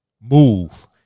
move